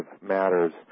matters